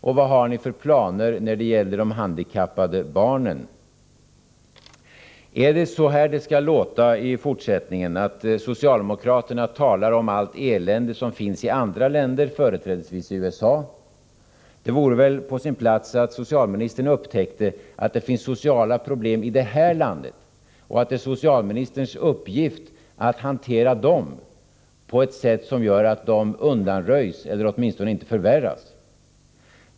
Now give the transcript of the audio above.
Och vad har ni för planer när det gäller de handikappade barnen? Är det så här det skall låta i fortsättningen, att socialdemokraterna talar om allt elände som finns i andra länder, företrädesvis i USA? Det vore väl på sin plats att socialministern upptäckte att det finns sociala problem i det här landet och att det är socialministerns uppgift att hantera de problemen på ett sådant sätt att de undanröjs eller åtminstone inte förvärras.